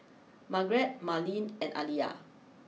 Margrett Marlene and Aliyah